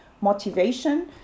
motivation